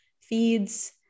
feeds